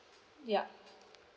ya